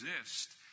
exist